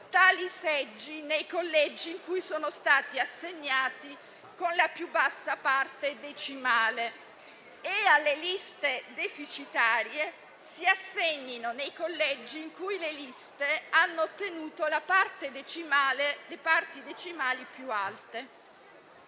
tali seggi nei collegi in cui sono stati assegnati con la più bassa parte decimale e alle liste deficitarie si assegnino nei collegi in cui le liste hanno ottenuto le parti decimali più alte.